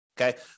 Okay